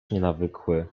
nienawykły